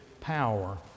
power